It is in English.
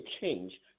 change